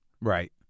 Right